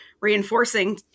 reinforcing